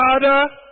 Father